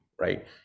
right